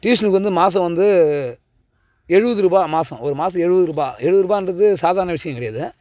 டியூஷனுக்கு வந்து மாதம் வந்து எழுபது ரூபா மாதம் ஒரு மாதத்துக்கு எழுபது ரூபா எழுபது ரூபான்றது சாதாரண விஷயம் கிடையாது